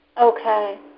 Okay